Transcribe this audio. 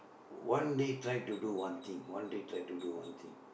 one day try to do one thing one day try to do one thing